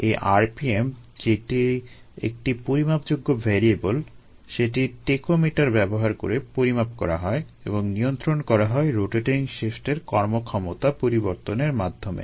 এই rpm যেটা একটি পরিমাপযোগ্য ভ্যারিয়েবল সেটি টেকোমিটার ব্যবহার করে পরিমাপ করা হয় এবং নিয়ন্ত্রণ করা হয় রোটেটিং শ্যাফটের কর্মক্ষমতা পরিবর্তনের মাধ্যমে